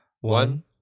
One